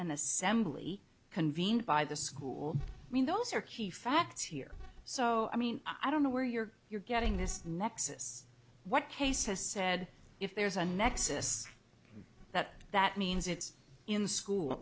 an assembly convened by the school i mean those are key facts here so i mean i don't know where you're you're getting this nexus what case has said if there's a nexus that that means it's in school